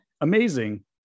Amazing